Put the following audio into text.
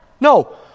No